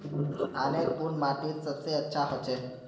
धानेर कुन माटित सबसे अच्छा होचे?